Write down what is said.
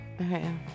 Okay